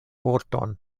vorton